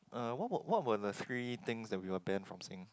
uh what were what were the free things that we were banned from Singapore